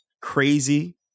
Crazy